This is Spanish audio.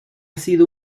sido